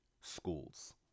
schools